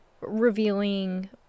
revealing